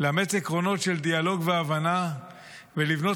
לאמץ עקרונות של דיאלוג והבנה ולבנות